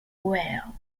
well